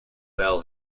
bell